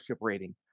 rating